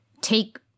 take